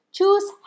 Choose